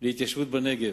להתיישבות בנגב.